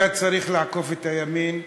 אתה צריך לעקוף את הימין מימין.